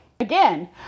Again